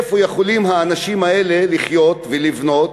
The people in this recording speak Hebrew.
איפה יכולים האנשים האלה לחיות ולבנות,